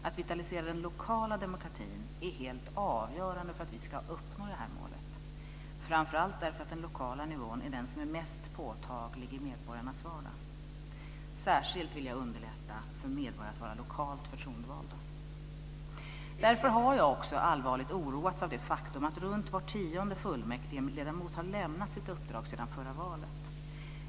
Att vitalisera den lokala demokratin är helt avgörande för att vi ska uppnå det målet, framför allt därför att den lokala nivån är mest påtaglig i medborgarnas vardag. Jag vill särskilt underlätta för medborgare att vara lokalt förtroendevalda. Därför har jag också allvarligt oroats av det faktum att runt var tionde fullmäktigeledamot har lämnat sitt uppdrag sedan förra valet.